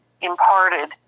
imparted